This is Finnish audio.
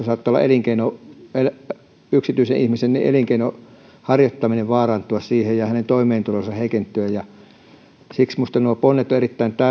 saattaa yksityisen ihmisen elinkeinonharjoittaminen vaarantua ja hänen toimeentulonsa heikentyä siksi minusta nuo tähän asiaan liitetyt ponnet ovat erittäin